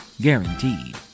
Guaranteed